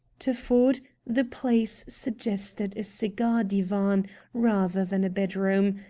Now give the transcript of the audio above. to ford the place suggested a cigar-divan rather than a bedroom,